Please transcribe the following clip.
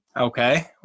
Okay